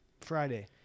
Friday